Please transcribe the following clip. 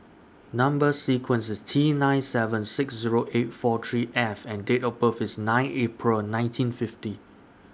Number sequence IS T nine seven six Zero eight four three F and Date of birth IS nine April nineteen fifty